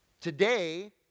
Today